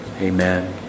Amen